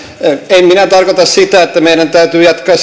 en minä tarkoita sitä että meidän täytyy jatkaa